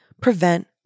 prevent